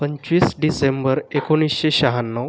पंचवीस डिसेंबर एकोणीसशे शहाण्णव